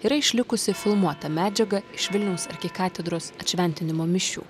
yra išlikusi filmuota medžiaga iš vilniaus arkikatedros atšventinimo mišių